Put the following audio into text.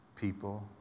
people